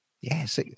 Yes